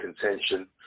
contention